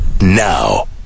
now